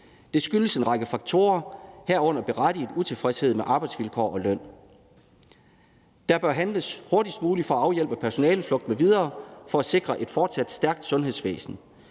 Det skyldes en række faktorer, herunder berettiget utilfredshed med arbejdsvilkår og løn. Der bør handles hurtigst muligt for at afhjælpe personaleflugt m.v. for at sikre et fortsat stærkt sundhedsvæsen.